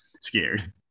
scared